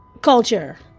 culture